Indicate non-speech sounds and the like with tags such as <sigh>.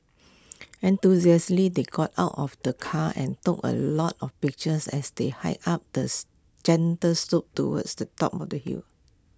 enthusiastically they got out of the car and took A lot of pictures as they hiked up the <unintelligible> gentle slope towards the top of the hill